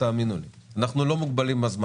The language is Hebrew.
למייל של הוועדה ואז נוכל להפיץ את זה לחברי